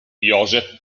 joseph